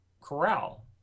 corral